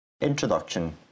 INTRODUCTION